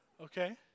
okay